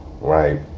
right